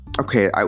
okay